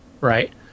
Right